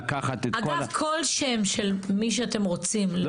אגב, כל שם של מי שאתם רוצים להוסיף.